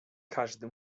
każdy